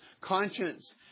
conscience